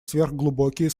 сверхглубокие